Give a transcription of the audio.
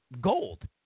gold